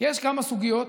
יש כמה סוגיות